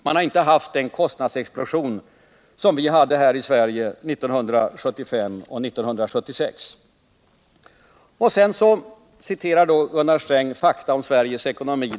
Man har inte haft den kostnadsexplosion som vi hade här i Sverige 1975 och 1976. Sedan citerar Gunnar Sträng skriften Fakta om Sveriges ekonomi.